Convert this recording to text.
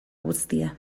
guztia